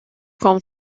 comme